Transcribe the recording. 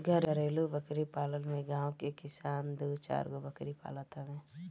घरेलु बकरी पालन में गांव के किसान दू चारगो बकरी पालत हवे